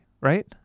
right